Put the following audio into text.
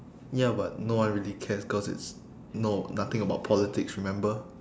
ya but no one really cares cause it's no nothing about politics remember